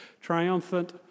triumphant